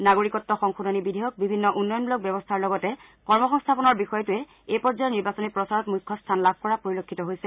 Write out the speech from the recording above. নাগৰিকত্ব সংশোধনী বিধেয়ক বিভিন্ন উন্নয়নমূলক ব্যৱস্থাৰ লগতে কৰ্মসংস্থাপনৰ বিষয়টোৱে এই পৰ্যায়ৰ নিৰ্বাচনী প্ৰচাৰত মুখ্য স্থান লাভ কৰা পৰিলক্ষিত হৈছে